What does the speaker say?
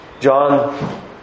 John